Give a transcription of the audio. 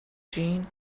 gene